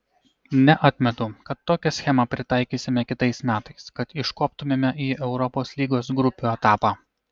neatmetu kad tokią schemą pritaikysime kitais metais kad iškoptumėme į europos lygos grupių etapą